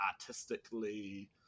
artistically